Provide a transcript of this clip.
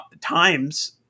times